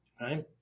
right